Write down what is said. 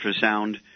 ultrasound